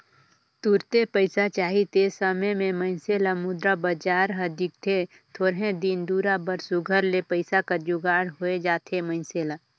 तुरते पइसा चाही ते समे में मइनसे ल मुद्रा बजार हर दिखथे थोरहें दिन दुरा बर सुग्घर ले पइसा कर जुगाड़ होए जाथे मइनसे ल